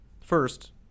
First